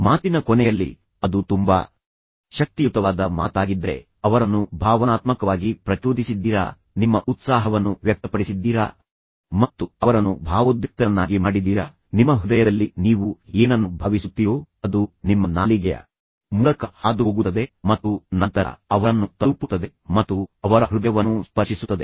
ಮಾತಿನ ಕೊನೆಯಲ್ಲಿ ಅದು ತುಂಬಾ ಶಕ್ತಿಯುತವಾದ ಮಾತಾಗಿದ್ದರೆ ನೀವು ಅವರನ್ನು ಭಾವನಾತ್ಮಕವಾಗಿ ಪ್ರಚೋದಿಸಿದ್ದೀರಾ ನೀವು ನಿಮ್ಮ ಉತ್ಸಾಹವನ್ನು ವ್ಯಕ್ತಪಡಿಸಿದ್ದೀರಾ ಮತ್ತು ಅವರನ್ನು ಭಾವೋದ್ರಿಕ್ತರನ್ನಾಗಿ ಮಾಡಿದ್ದೀರಾ ನಿಮ್ಮ ಹೃದಯದಲ್ಲಿ ನೀವು ಏನನ್ನು ಭಾವಿಸುತ್ತೀರೋ ಅದು ನಿಮ್ಮ ನಾಲಿಗೆಯ ಮೂಲಕ ಹಾದುಹೋಗುತ್ತದೆ ಮತ್ತು ನಂತರ ಅವರನ್ನು ತಲುಪುತ್ತದೆ ಮತ್ತು ಅವರ ಹೃದಯವನ್ನೂ ಸ್ಪರ್ಶಿಸುತ್ತದೆ